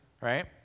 right